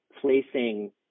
placing